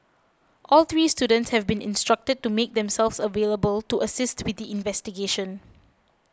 all three students have been instructed to make themselves available to assist with investigation